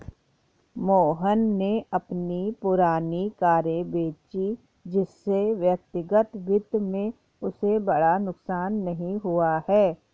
मोहन ने अपनी पुरानी कारें बेची जिससे व्यक्तिगत वित्त में उसे बड़ा नुकसान नहीं हुआ है